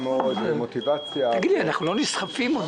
אין חוסרים,